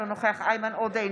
אינו נוכח איימן עודה,